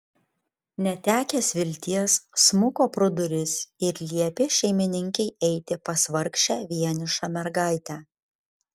netekęs vilties smuko pro duris ir liepė šeimininkei eiti pas vargšę vienišą mergaitę